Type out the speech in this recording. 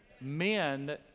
Men